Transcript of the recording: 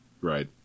Right